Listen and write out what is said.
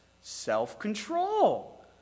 self-control